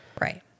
Right